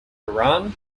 iran